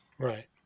Right